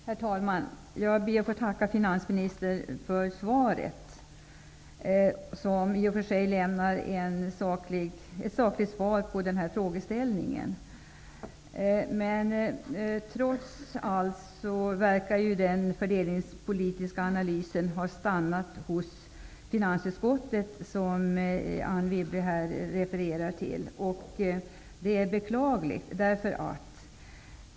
Herr talman! Jag ber att få tacka finansministern för svaret. Finansministern har i och för sig lämnat ett sakligt svar på frågan. Men trots allt verkar den fördelningspolitiska analysen som Anne Wibble refererar till ha stannat hos finansutskottet. Det är beklagligt.